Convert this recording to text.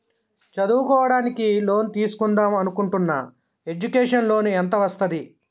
చదువుకోవడానికి లోన్ తీస్కుందాం అనుకుంటున్నా ఎడ్యుకేషన్ లోన్ ఎంత వస్తది?